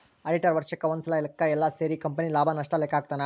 auditor ವರ್ಷಕ್ ಒಂದ್ಸಲ ಲೆಕ್ಕ ಯೆಲ್ಲ ಸೇರಿ ಕಂಪನಿ ಲಾಭ ನಷ್ಟ ಲೆಕ್ಕ ಹಾಕ್ತಾನ